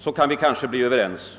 I så fall kan vi kanske bli överens.